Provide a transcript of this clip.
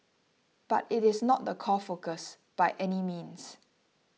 but it is not the core focus by any means